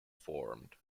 formed